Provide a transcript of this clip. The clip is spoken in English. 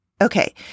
Okay